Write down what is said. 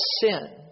sin